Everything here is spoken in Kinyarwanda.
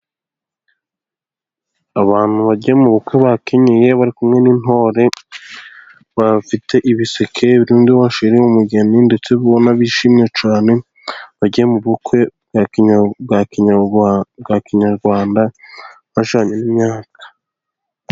Abantu bagiye mu bukwe ba kenyeye bari kumwe n'intore, bafite ibiseke n'ibindi bashyiriye umugeni, ndetse uri kubona bishimye cyane, bagiye mu bukwe bwa bwa kinyarwanda bajyanye n' imyaka.